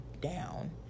down